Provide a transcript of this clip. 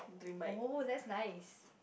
oh that's nice